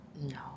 No